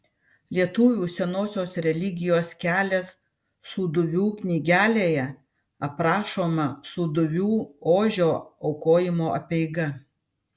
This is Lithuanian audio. lietuvių senosios religijos kelias sūduvių knygelėje aprašoma sūduvių ožio aukojimo apeiga